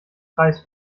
kreis